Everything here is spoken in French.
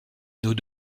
nous